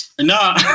No